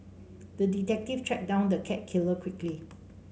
the detective tracked down the cat killer quickly